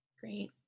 Great